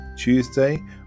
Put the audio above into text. Tuesday